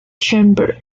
chamber